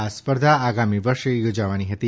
આ સ્પર્ધા આગામી વર્ષે યોજવાની હતી